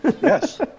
Yes